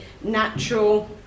natural